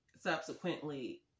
subsequently